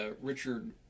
Richard